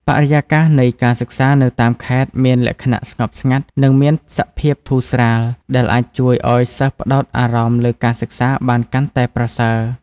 បរិយាកាសនៃការសិក្សានៅតាមខេត្តមានលក្ខណៈស្ងប់ស្ងាត់និងមានសភាពធូរស្រាល ដែលអាចជួយឱ្យសិស្សផ្តោតអារម្មណ៍លើការសិក្សាបានកាន់តែប្រសើរ។